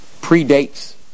predates